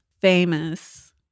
famous